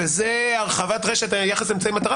לא דיברנו על הרחבת רשת ביחס לאמצעי מטרה,